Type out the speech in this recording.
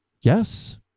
Yes